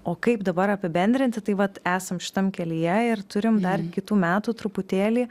o kaip dabar apibendrinti tai vat esam šitam kelyje ir turim dar kitų metų truputėlį